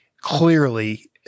clearly